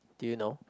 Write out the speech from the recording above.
do you know